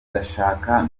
ndashaka